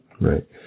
Right